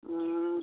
हँ